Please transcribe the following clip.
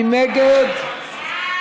מי נגד?